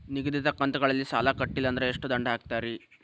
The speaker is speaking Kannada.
ನಿಗದಿತ ಕಂತ್ ಗಳಲ್ಲಿ ಸಾಲ ಕಟ್ಲಿಲ್ಲ ಅಂದ್ರ ಎಷ್ಟ ದಂಡ ಹಾಕ್ತೇರಿ?